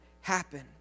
happen